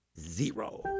zero